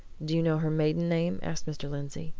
do you know her maiden name? asked mr. lindsey